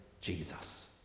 Jesus